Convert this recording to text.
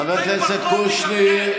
חיילים בודדים נמצאים ברחוב בגללכם.